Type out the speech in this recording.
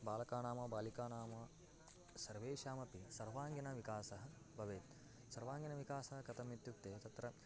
बालकानां वा बालिकानां वा सर्वेषामपि सर्वाङ्गीनविकासः भवेत् सर्वाङ्गीनविकासः कथम् इत्युक्ते तत्र